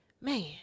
man